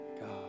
God